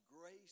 grace